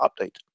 update